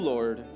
Lord